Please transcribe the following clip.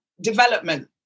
development